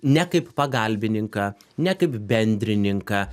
ne kaip pagalbininką ne kaip bendrininką